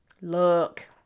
Look